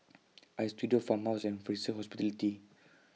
Istudio Farmhouse and Fraser Hospitality